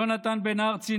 יונתן בן ארצי,